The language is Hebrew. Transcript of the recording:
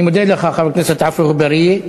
אני מודה לך, חבר הכנסת עפו אגבאריה.